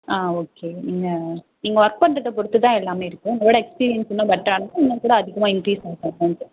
ஆ okay நீங்கள் நீங்கள் work பண்றதை பொறுத்து தான் எல்லாமே இருக்கு உங்களோட எக்ஸ்பீரியன்ஸ் இன்னும் பெட்ராக இருந்தால் இன்னும் கூட அதிகமாக இன்க்ரீஸ் ஆகும் அமௌன்ட்டு